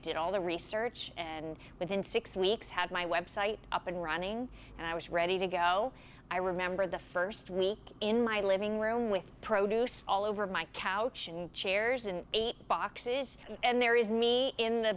did all the research and within six weeks had my website up and running and i was ready to go i remember the first week in my living room with produce all over my couch and chairs and eight boxes and there is me in the